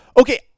Okay